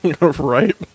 Right